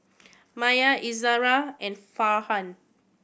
Maya Izzara and Farhan